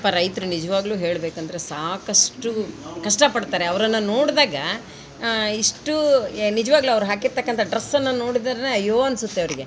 ಪಾಪ ರೈತ್ರು ನಿಜವಾಗ್ಲೂ ಹೇಳಬೇಕಂದ್ರೆ ಸಾಕಷ್ಟು ಕಷ್ಟ ಪಡ್ತಾರೆ ಅವ್ರನ್ನು ನೋಡಿದಾಗ ಇಷ್ಟು ನಿಜವಾಗ್ಲು ಅವ್ರು ಹಾಕಿರ್ತಕ್ಕಂಥ ಡ್ರಸನ್ನು ನೋಡಿದರೆ ಅಯ್ಯೋ ಅನ್ಸುತ್ತೆ ಅವರಿಗೆ